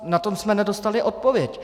Na to jsme nedostali odpověď.